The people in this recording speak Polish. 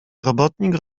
robotnik